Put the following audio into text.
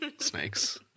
snakes